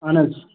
اَہَن حظ